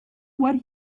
what